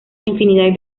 infinidad